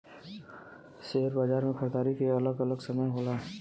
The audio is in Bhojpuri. सेअर बाजार मे खरीदारी के अलग अलग समय होला